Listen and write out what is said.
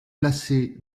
placés